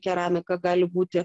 keramika gali būti